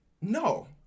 No